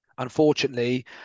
Unfortunately